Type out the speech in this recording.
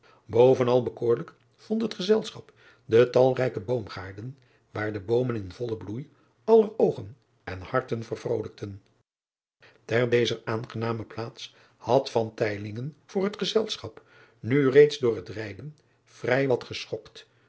ovenal bekoorlijk vond het gezelschap de talrijke oomgaarden waar de boomen in vollen bloei aller oogen en harten vervrolijkten er dezer aangename plaats had voor het gezelschap nu reeds door het rijden vrij wat geschokt